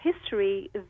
history